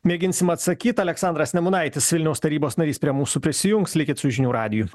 mėginsim atsakyt aleksandras nemunaitis vilniaus tarybos narys prie mūsų prisijungs likit su žinių radiju